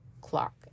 clock